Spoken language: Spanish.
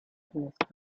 ernesto